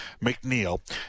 McNeil